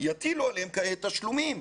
יטילו עליהם כעת תשלומים.